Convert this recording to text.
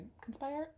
conspire